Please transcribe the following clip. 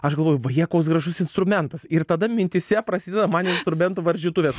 aš galvoju vaje koks gražus instrumentas ir tada mintyse prasideda man instrumentų varžytuvės